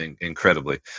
incredibly